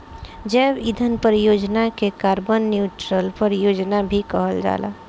जैव ईंधन परियोजना के कार्बन न्यूट्रल परियोजना भी कहल जाला